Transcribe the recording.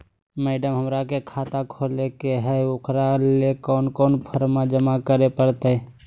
Madam, हमरा के खाता खोले के है उकरा ले कौन कौन फारम जमा करे परते?